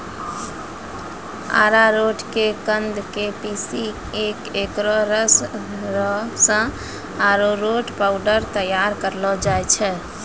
अरारोट के कंद क पीसी क एकरो रस सॅ अरारोट पाउडर तैयार करलो जाय छै